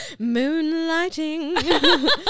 Moonlighting